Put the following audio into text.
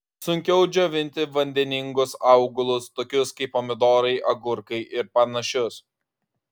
sunkiau džiovinti vandeningus augalus tokius kaip pomidorai agurkai ir panašius